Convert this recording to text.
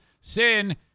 sin